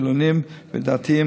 חילוניים ודתיים,